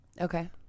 Okay